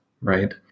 right